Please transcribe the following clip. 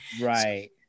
Right